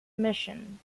mission